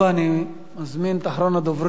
אני מזמין את אחרון הדוברים,